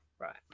Right